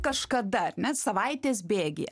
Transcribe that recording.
kažkada ar ne savaitės bėgyje